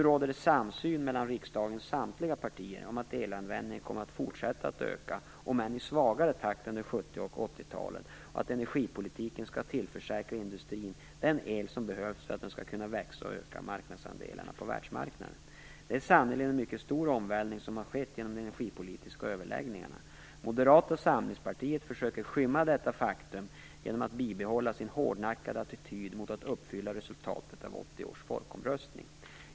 Nu råder samsyn mellan riksdagens samtliga partier om att elanvändningen kommer att fortsätta att öka, om än i svagare takt än under 1970 och 1980 talen, och att energipolitiken skall tillförsäkra industrin den el som behövs så att den skall kunna växa och öka marknadsandelarna på världsmarknaden. Det är sannerligen en mycket stor omvälvning som har skett genom de energipolitiska överläggningarna. Moderata samlingspartiet försöker skymma detta faktum genom att bibehålla sin hårdnackade attityd mot att uppfylla resultatet av 1980 års folkomröstning.